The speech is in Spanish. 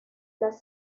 las